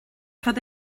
cad